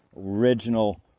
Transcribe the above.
original